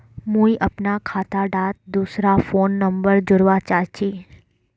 मुई अपना खाता डात दूसरा फोन नंबर जोड़वा चाहची?